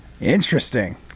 interesting